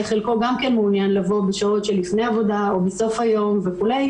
חלקו גם כן מעוניין לבוא בשעות שלפני העבודה או בסוף היום וכו',